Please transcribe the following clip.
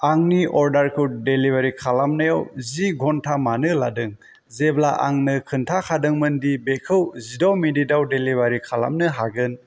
आंनि अर्डारखौ डेलिभारि खालामनायाव जि घन्टा मानो लादों जेब्ला आंनो खोनथाखादोंमोन दि बेखौ जिद' मिनिटाव डेलिभारि खालामनो हागोन